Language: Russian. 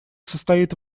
состоит